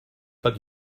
pas